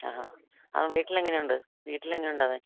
ആഹാ അവൻ വീട്ടിൽ എങ്ങനെയുണ്ട് വീട്ടിൽ എങ്ങനെയുണ്ട് അവൻ